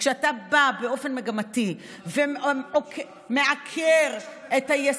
וכשאתה בא ובאופן מגמתי מעקר את היסודות,